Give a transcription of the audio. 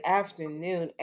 afternoon